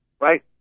right